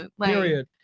Period